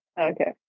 Okay